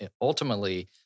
ultimately